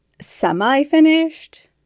semi-finished